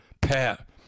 Pat